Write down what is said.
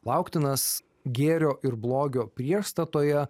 lauktinas gėrio ir blogio priešstatoje